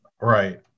Right